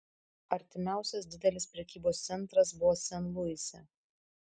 artimiausias didelis prekybos centras buvo sen luise